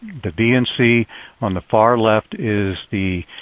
the dnc on the far left is the